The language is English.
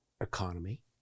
economy